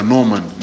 Norman